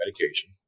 medication